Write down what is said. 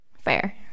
fair